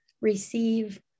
receive